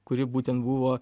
kuri būtent buvo